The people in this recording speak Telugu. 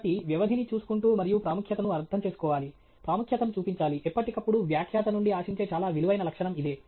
కాబట్టి వ్యవధిని చూసుకుంటూ మరియు ప్రాముఖ్యతను అర్థంచేసుకోవాలి ప్రాముఖ్యతను చూపించాలి ఎప్పటికప్పుడు వ్యాఖ్యాత నుండి ఆశించే చాలా విలువైన లక్షణం ఇదే